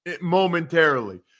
momentarily